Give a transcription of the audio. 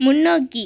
முன்னோக்கி